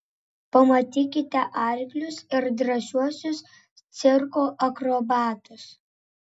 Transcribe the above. pamatykite arklius ir drąsiuosius cirko akrobatus